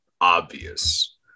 obvious